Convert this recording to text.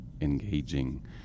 engaging